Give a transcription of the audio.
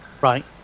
Right